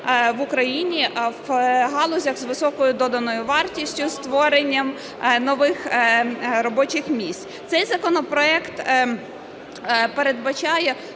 в Україні в галузях з високою доданою вартістю, зі створенням нових робочих місць. Цей законопроект передбачає